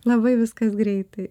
labai viskas greitai